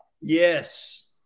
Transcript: Yes